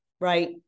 right